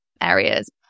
areas